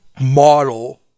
model